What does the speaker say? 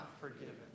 forgiven